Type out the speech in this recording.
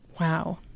Wow